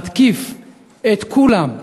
בוחרים להתקיף את כולם.